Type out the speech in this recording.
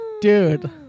dude